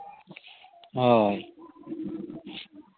ᱦᱳᱭ